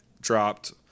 dropped